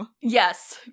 yes